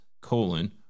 colon